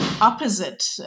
opposite